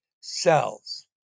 cells